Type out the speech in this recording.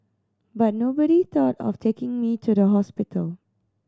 but nobody thought of taking me to the hospital